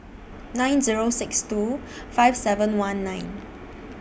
nine Zero six two five seven one nine